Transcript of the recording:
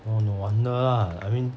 oh no wonder lah I mean